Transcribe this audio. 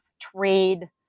trade